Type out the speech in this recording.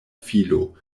filo